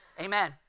Amen